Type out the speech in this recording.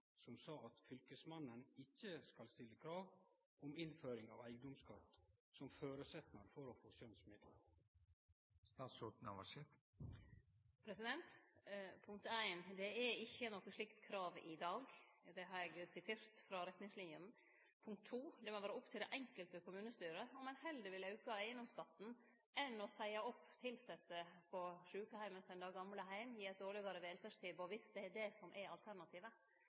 som sa at fylkesmannen ikkje skal stille krav om innføring av eigedomsskatt som føresetnad for å få skjønsmidlar? Punkt ein: Det er ikkje noko slikt krav i dag. Det har eg sitert frå retningslinjene. Punkt to: Det må vere opp til det einskilde kommunestyre om ein heller vil auke eigedomsskatten enn å seie opp tilsette på sjukeheimen og sende gamle heim, gi eit dårlegare velferdstilbod, viss det er alternativet – viss ein må stramme inn økonomien. Det